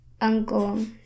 uncle